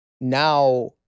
now